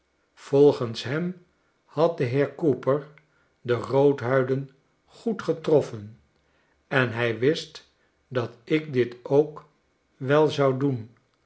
volgens hem had de heer cooper de roodhuiden goed getroffen en hij wist dat ik dit ook wel zou doen